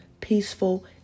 peaceful